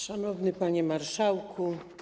Szanowny Panie Marszałku!